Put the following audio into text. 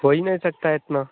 हो ही नहीं सकता इतना